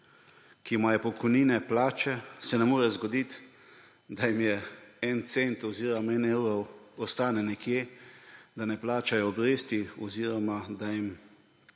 ki imajo pokojnine, plače, se ne more zgoditi, da jim en cent oziroma en evro ostane nekje, da ne plačajo obresti oziroma da jim